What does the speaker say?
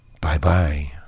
Bye-bye